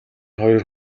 хоёр